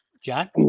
john